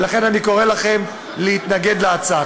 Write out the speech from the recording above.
ולכן אני קורא לכם להתנגד להצעה.